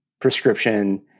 prescription